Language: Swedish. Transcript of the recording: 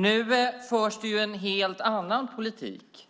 Nu förs det en helt annan politik.